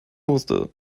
musste